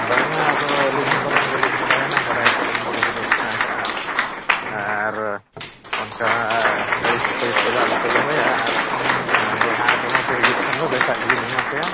ᱵᱟᱝᱟ ᱟᱫᱚ ᱟᱹᱞᱤᱧ ᱦᱚᱸ ᱯᱟᱞᱮᱱ ᱵᱟᱹᱞᱤᱧ ᱵᱟᱰᱟᱭ ᱟᱱᱟ ᱵᱟᱰᱟᱭ ᱠᱟᱛᱮ ᱫᱚ ᱵᱟᱹᱞᱤᱧ ᱚᱱᱠᱟ ᱦᱟᱠᱟᱜᱼᱟ ᱟᱨ ᱚᱱᱠᱟ ᱟᱹᱲᱤᱥ ᱟᱹᱯᱟᱹᱲᱤᱥ ᱠᱚᱫᱚ ᱟᱞᱚᱯᱮ ᱫᱚᱦᱚᱭᱟ ᱫᱚᱲᱦᱟ ᱠᱚᱦᱚᱸ ᱯᱮ ᱦᱤᱡᱩᱜ ᱠᱷᱟᱱ ᱫᱚ ᱵᱮᱥᱟᱜ ᱜᱮᱞᱤᱧ ᱮᱢᱟ ᱯᱮᱭᱟ